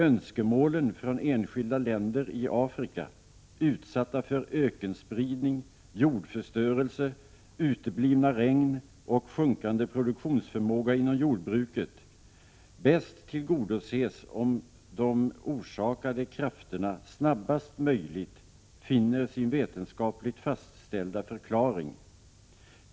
Önskemålen från enskilda länder i Afrika, utsatta för ökenspridning, jordförstörelse, uteblivna regn och-sjunkande produktionsförmåga inom jordbruket, tillgodoses bäst om de orsakande krafterna snabbast möjligt finner sin vetenskapligt fastställda förklaring.